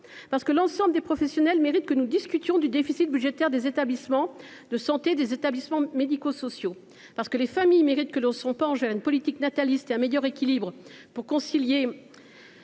parce que l’ensemble des professionnels méritent que nous discutions du déficit budgétaire des établissements de santé et des établissements médico sociaux, parce que les familles méritent que nous nous orientions vers une politique nataliste et vers une meilleure conciliation